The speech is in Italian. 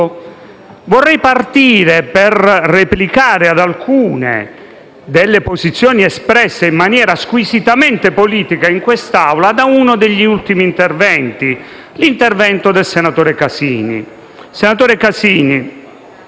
Vorrei iniziare, per replicare ad alcune delle posizioni espresse in maniera squisitamente politica in quest'Aula, da uno degli ultimi interventi, quello del senatore Casini. Senatore Casini,